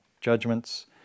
judgments